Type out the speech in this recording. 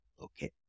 Okay